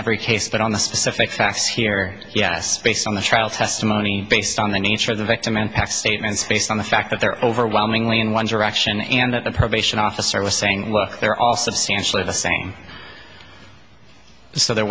every case but on the specific facts here yes based on the trial testimony based on the nature of the victim impact statements based on the fact that they're overwhelmingly in one direction and that the probation officer was saying well they're all substantially the same so there